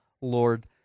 lord